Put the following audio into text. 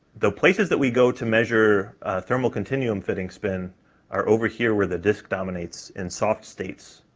the places that we go to measure thermal continuum fitting spin are over here where the disk dominates in soft states,